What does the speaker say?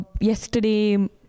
yesterday